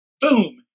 boom